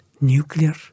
nuclear